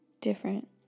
different